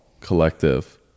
collective